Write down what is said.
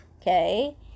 okay